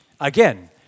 Again